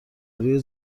روی